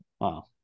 Wow